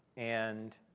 and